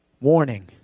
warning